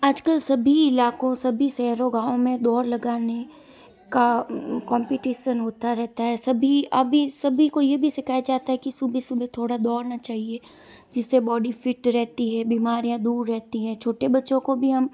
आज कल सभी इलाक़ों सभी शहरों गाँवों में दौड़ लगाने का कोम्पीटीसन होता रहता है सभी अभी सभी को ये भी सिखाया जाता है कि सुबह सुबह थोड़ा दौड़ना चाहिए जिस से बॉडी फिट रहती है बीमारियाँ दूर रहती है छोटे बच्चों को भी हम